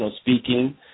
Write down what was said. speaking